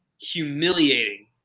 humiliating